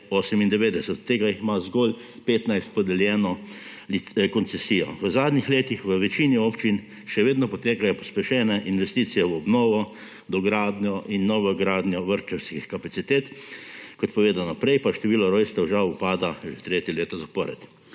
od tega jih ima zgolj 15 podeljeno koncesijo. V zadnjih letih v večini občin še vedno potekajo pospešene investicije v obnovo, dogradnjo in novogradnjo vrtčevskih kapacitet, kot povedano prej, pa število rojstev žal upada že tretje leto zapored.